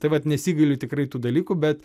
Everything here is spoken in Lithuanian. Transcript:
tai vat nesigailiu tikrai tų dalykų bet